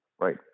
right